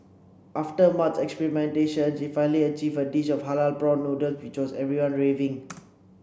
after much experimentation she finally achieved a dish of halal prawn noodles which has everyone raving